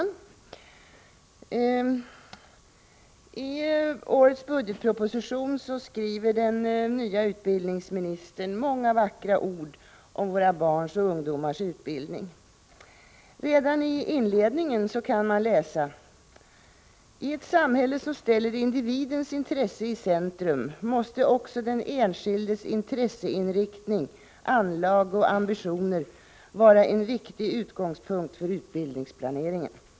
Herr talman! I årets budgetproposition skriver den nye utbildningsministern många vackra ord om våra barns och ungdomars utbildning. Redan i inledningen kan man läsa: ”I ett samhälle, som ställer individens intresse i centrum, måste också den enskildes intresseinriktning, anlag och ambitioner vara en viktig utgångspunkt för utbildningsplaneringen.